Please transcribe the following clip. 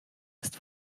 ist